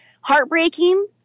heartbreaking